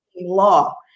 law